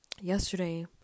Yesterday